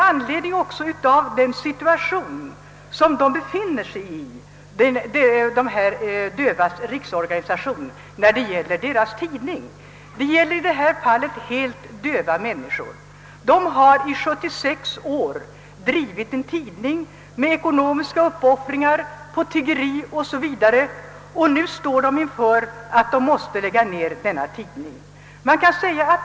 Sveriges dövas riksförbund befinner sig i en synnerligen svår situation. Förbundet har i 76 år med ekonomiska uppoffringar, genom tiggeri o.s.v. givit ut en tidning och står nu inför tvånget att lägga ned denna tidning.